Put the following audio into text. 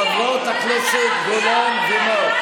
אני מציע שתעזרו לחבר הכנסת כסיף להבין שלא כך מתנהגים.